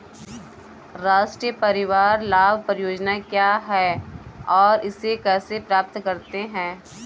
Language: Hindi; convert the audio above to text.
राष्ट्रीय परिवार लाभ परियोजना क्या है और इसे कैसे प्राप्त करते हैं?